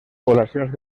poblacions